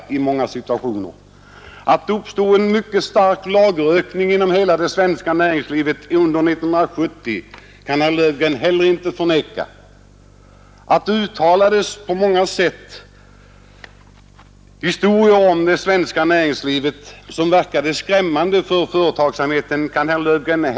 Herr Löfgren kan inte heller förneka att det uppstod en mycket stark lagerökning inom hela det svenska näringslivet under 1970 liksom att det framfördes många historier om det svenska näringslivet, som verkade skrämmande för företagsamheten.